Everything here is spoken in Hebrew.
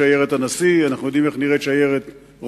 אנו יודעים איך נראית שיירת הנשיא,